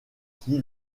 qui